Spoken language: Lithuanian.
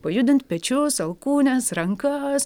pajudint pečius alkūnes rankas